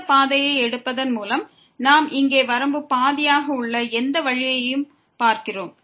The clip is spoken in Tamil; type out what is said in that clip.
இந்த பாதையை எடுப்பதன் மூலம் நாம் இங்கே வரம்பு பாதியாக உள்ள எந்த வழியையும் பார்க்கிறோம்